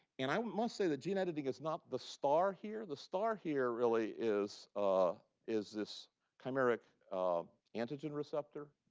and i must say that gene editing is not the star here. the star here really is ah is this chimeric antigen receptor,